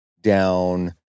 down